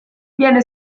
viene